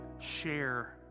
share